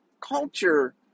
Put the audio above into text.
Culture